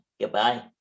Goodbye